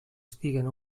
estiguen